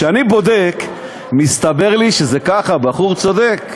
כשאני בודק, מסתבר לי שזה ככה, הבחור צודק.